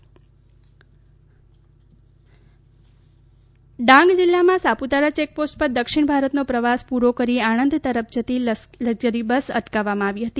ડાંગ જિલ્લા પ્રવાસ ડાંગ જિલ્લામાં સાપુતારા ચેકપોસ્ટ પર દક્ષિણ ભારતનો પ્રવાસ પૂરો કરી આણંદ તરફ જતી લકઝરી બસ અટકા વવામાં આવી હતી